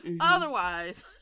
Otherwise